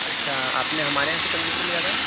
اچھا آپ نے ہمارے یہاں سے کمپیوٹر لیا تھا